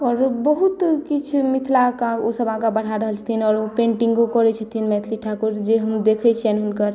आओर बहुत किछु मिथिला के ओसब आगा बढ़ा रहल छथिन आओर पेंटिंगो करै छथिन मैथिली ठाकुर जे हम देखै छियनि हुनकर